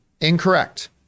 Incorrect